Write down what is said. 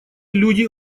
люди